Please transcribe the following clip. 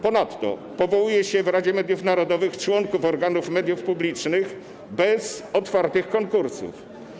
Ponadto powołuje się w Radzie Mediów Narodowych członków organów mediów publicznych bez otwartych konkursów.